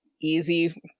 easy